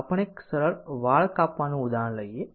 આપણે એક સરળ વાળ કાપવાનું ઉદાહરણ લઈએ